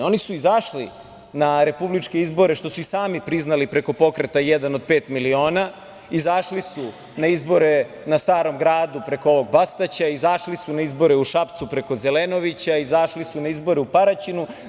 Oni su izašli na republičke izbore, što su i sami priznali preko pokreta „1 od 5 miliona“, izašli su na izbor na Starom Gradu preko ovog Bastaća, izašli su na izbore u Šapcu preko Zelenovića, izašli su na izbore u Paraćinu.